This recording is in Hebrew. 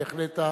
בהחלט,